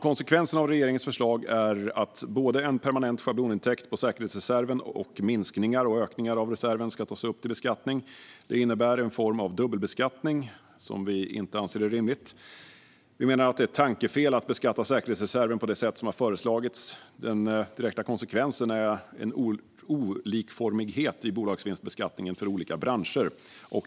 Konsekvensen av regeringens förslag är att både en permanent schablonintäkt på säkerhetsreserven och minskningar och ökningar av reserven ska tas upp till beskattning. Det innebär en form av dubbelbeskattning, vilket vi inte anser är rimligt. Vi menar att det är ett tankefel att beskatta säkerhetsreserven på det sätt som har föreslagits. Den direkta konsekvensen är en olikformighet i bolagsvinstbeskattningen för olika branscher.